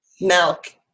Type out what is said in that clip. milk